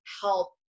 help